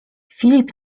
filip